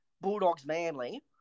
Bulldogs-Manly